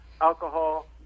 alcohol